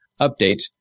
update